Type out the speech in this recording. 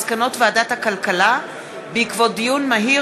מסקנות ועדת הכלכלה בעקבות דיון מהיר